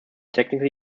technical